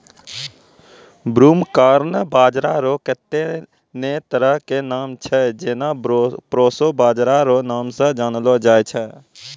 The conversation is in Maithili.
ब्रूमकॉर्न बाजरा रो कत्ते ने तरह के नाम छै जेना प्रोशो बाजरा रो नाम से जानलो जाय छै